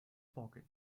pocket